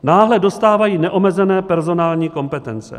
Náhle dostávají neomezené personální kompetence.